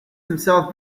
himself